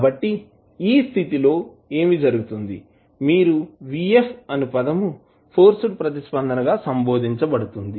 కాబట్టి ఈ స్థితి లో ఏమి జరుగుతుంది మీరు Vf అను పదము ఫోర్స్డ్ ప్రతిస్పందన గా సంభోధించబడుతుంది